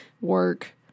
work